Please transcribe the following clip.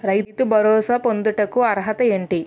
రైతు భరోసా పొందుటకు అర్హత ఏంటి?